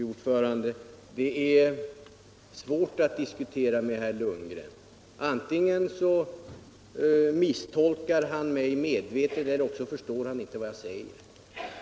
Fru talman! Det är svårt att diskutera med herr Lundgren. Antingen misstolkar han mig medvetet eller också förstår han inte vad jag säger.